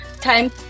time